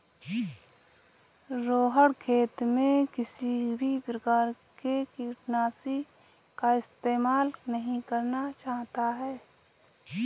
रोहण खेत में किसी भी प्रकार के कीटनाशी का इस्तेमाल नहीं करना चाहता है